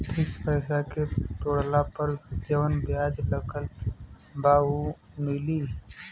Fix पैसा के तोड़ला पर जवन ब्याज लगल बा उ मिली?